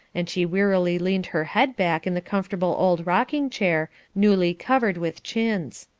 and she wearily leaned her head back in the comfortable old rocking-chair, newly covered with chintz.